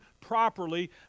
properly